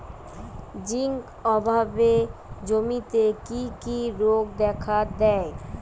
Zinc অভাবে জমিতে কি কি রোগ দেখাদেয়?